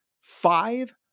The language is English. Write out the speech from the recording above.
five